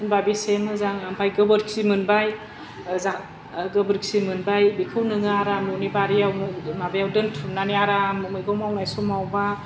होमबा बेसे मोजां ओमफ्राय गोबोरखि मोनबाय जा गोबोरखि मोनबाय बिखौ नोङो आराम नोङो न'नि बारियावनो माबायाव दोनथुमनानै आराम नोङो मैगं मावनाय समाव बा